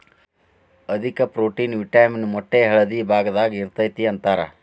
ಅಧಿಕ protein, vitamin ಮೊಟ್ಟೆಯ ಹಳದಿ ಭಾಗದಾಗ ಇರತತಿ ಅಂತಾರ